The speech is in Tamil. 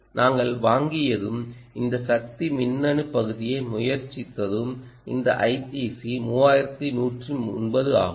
நாங்கள் வாங்கியதும் இந்த சக்தி மின்னணு பகுதியை முயற்சித்ததும் இந்த ஐடிசி 3109 ஆகும்